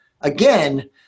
again